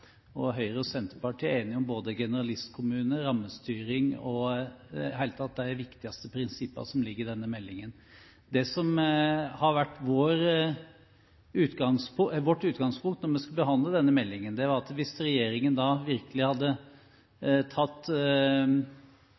enige om både generalistkommuner, rammestyring og – i det hele tatt – de viktigste prinsippene som ligger i denne meldingen. Det som var vårt utgangspunkt da vi skulle behandle denne meldingen, var at hvis regjeringen virkelig hadde